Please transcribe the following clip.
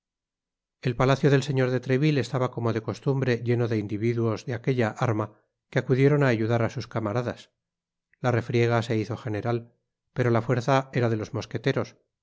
el palacio del señor de treville estaba como de costumbre lleno de individuos de aquella arma que acudieron á ayudar á sus camaradas la refriega se hizo general pero la fuerza era de los mosqueteros